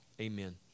amen